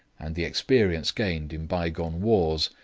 and the experience gained in bygone wars,